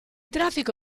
traffico